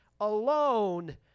alone